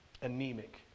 anemic